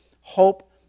hope